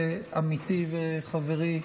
עמיתי וחברי,